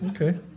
okay